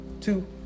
Two